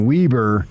Weber